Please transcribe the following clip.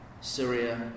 Syria